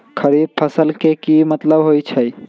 खरीफ फसल के की मतलब होइ छइ?